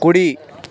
కుడి